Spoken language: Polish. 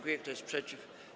Kto jest przeciw?